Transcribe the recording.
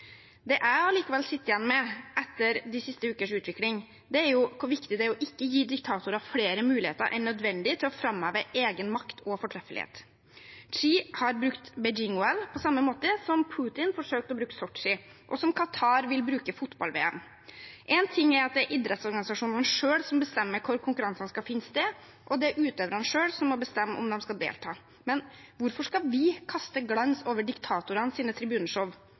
Det jeg likevel sitter igjen med etter de siste ukers utvikling, er hvor viktig det er ikke å gi diktatorer flere muligheter enn nødvendig til å framheve egen makt og fortreffelighet. Xi har brukt Beijing-OL på samme måte som Putin forsøkte å bruke Sotsji, og som Qatar vil bruke fotball-VM. En ting er at det er idrettsorganisasjonene selv som bestemmer hvor konkurransene skal finne sted, og at utøverne selv må bestemme om de skal delta, men hvorfor skal vi kaste glans over